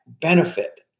benefit